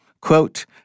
Quote